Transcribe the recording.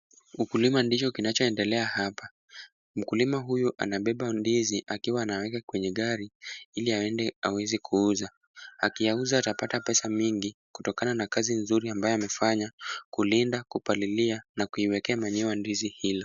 Ukulima ndio kinachoendelea hapa. Mkulima huyu anabeba ndizi, akiwa anaweka kwenye gari, ili aende aweze kuuza. Akiyauza, atapata pesa mingi, kutokana na kazi mzuri ambayo amefanya, kulinda, kupalilia na kuiwekea manure ndizi hiyo.